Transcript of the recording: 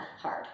hard